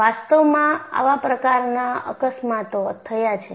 વાસ્તવમાં આવા પ્રકારના અકસ્માતો થયા છે